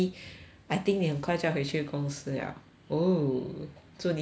I think 你很快就要回去公司 liao oo 祝你好运